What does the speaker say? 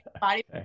body